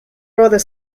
rather